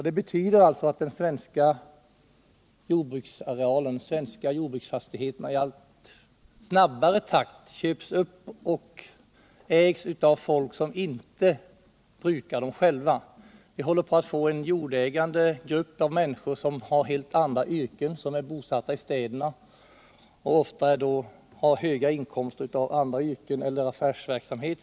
Det betyder att de svenska jordbruksfastigheterna i allt snabbare takt köps upp och ägs av folk som inte brukar dem själva. Vi håller på att få en jordägande grupp människor som har helt andra yrken än jordbrukarens, som är bosatta i städerna och ofta har höga inkomster av andra yrken eller affärsverksamhet.